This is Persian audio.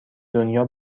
دنیا